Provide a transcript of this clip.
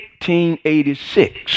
1886